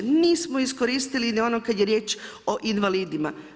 Nismo iskoristili ni ono kad je riječ o invalidima.